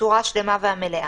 בצורה השלמה והמלאה.